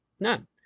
None